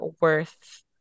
worth